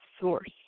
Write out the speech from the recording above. source